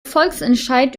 volksentscheid